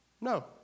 No